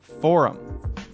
forum